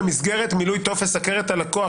במסגרת מילוי טופס הכר את הלקוח,